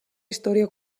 història